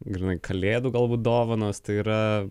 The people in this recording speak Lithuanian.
grynai kalėdų galbūt dovanos tai yra